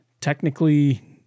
technically